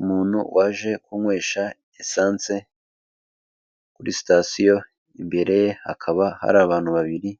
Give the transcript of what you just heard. Umuntu waje kunywesha esanse kuri sitasiyo, imbere ye hakaba hari abantu babiri